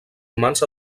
romans